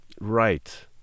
Right